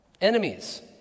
enemies